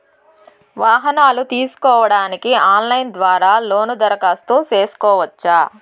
వాహనాలు తీసుకోడానికి ఆన్లైన్ ద్వారా లోను దరఖాస్తు సేసుకోవచ్చా?